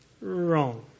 Wrong